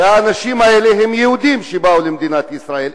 והאנשים האלה הם יהודים שבאו למדינת ישראל,